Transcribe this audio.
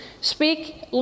speak